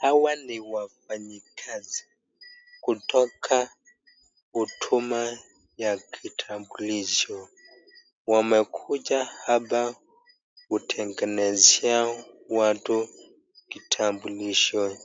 Hawa ni wafanyikazi kutoka huduma ya kitambulisho, wamekuja hapa kutengenezea watu kitambulisho